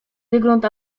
wygląd